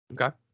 Okay